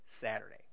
Saturday